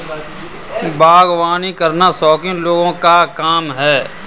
बागवानी करना शौकीन लोगों का काम है